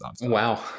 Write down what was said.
wow